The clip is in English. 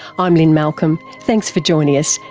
i'm lynne malcolm, thanks for joining us,